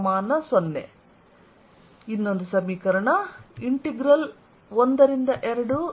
ds0 12E